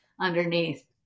underneath